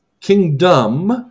kingdom